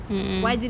mm mm